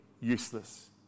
useless